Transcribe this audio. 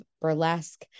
burlesque